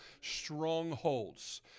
strongholds